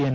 N